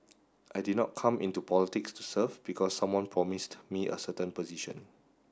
I did not come into politics to serve because someone promised me a certain position